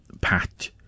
Pat